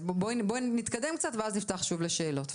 בואי נתקדם קצת, ואז נפתח שוב לשאלות.